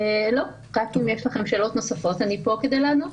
לא, רק אם יש לכם שאלות נוספות, אני פה כדי לענות.